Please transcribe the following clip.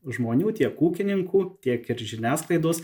žmonių tiek ūkininkų tiek ir žiniasklaidos